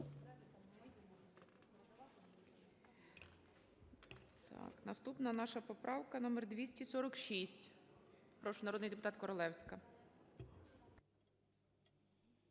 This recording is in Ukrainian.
наступна наша поправка - номер 246. Прошу, народний депутат Королевська.